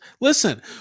Listen